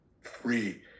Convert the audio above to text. free